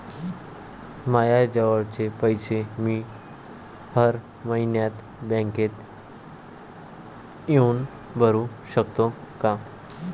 मायाजवळचे पैसे मी हर मइन्यात बँकेत येऊन भरू सकतो का?